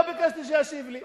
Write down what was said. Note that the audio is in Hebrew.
לא ביקשתי שהוא ישיב לי.